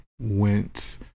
went